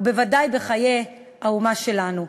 ובוודאי בחיי האומה שלנו.